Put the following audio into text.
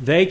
they